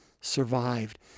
survived